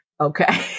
Okay